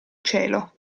cielo